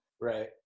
right